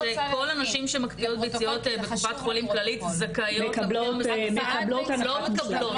שכל הנשים שנמצאות בקופת חולים כללית זכאיות --- מקבלות הנחת